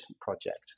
project